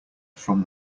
from